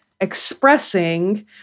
expressing